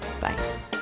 Bye